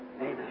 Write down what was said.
Amen